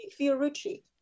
Fiorucci